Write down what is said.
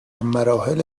مراحل